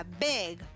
big